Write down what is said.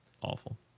Awful